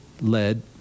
led